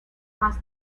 más